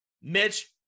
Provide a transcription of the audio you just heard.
Mitch